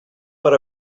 per